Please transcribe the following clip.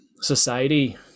society